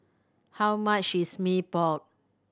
how much is Mee Pok